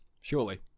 Surely